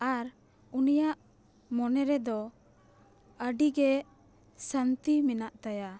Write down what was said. ᱟᱨ ᱩᱱᱤᱭᱟᱜ ᱢᱚᱱᱮ ᱨᱮᱫᱚ ᱟᱹᱰᱤ ᱜᱮ ᱥᱟᱟᱱᱛᱤ ᱢᱮᱱᱟᱜ ᱛᱟᱭᱟ